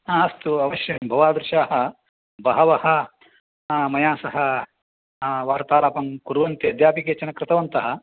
हा अस्तु अवश्यं भवादृशाः बहवः मया सह वार्तालापं कुर्वन्ति अद्यापि केचन कृतवन्तः